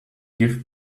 give